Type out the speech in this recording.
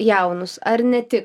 jaunus ar ne tik